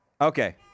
Okay